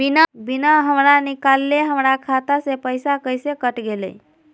बिना हमरा निकालले, हमर खाता से पैसा कैसे कट गेलई?